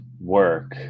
work